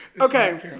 Okay